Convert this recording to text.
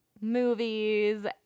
movies